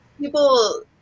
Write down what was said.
people